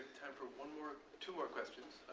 time for one more two more questions,